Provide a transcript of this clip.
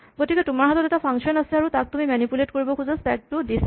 গতিকে তোমাৰ হাতত এটা ফাংচন আছে আৰু তাক তুমি মেনিপুলেট কৰিব খোজা স্টেক টো দিছা